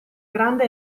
grande